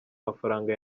mafaranga